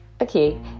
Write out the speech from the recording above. okay